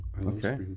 okay